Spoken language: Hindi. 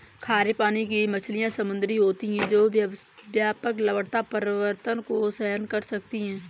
खारे पानी की मछलियाँ समुद्री होती हैं जो व्यापक लवणता परिवर्तन को सहन कर सकती हैं